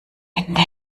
ende